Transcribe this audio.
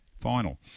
final